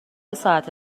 ساعت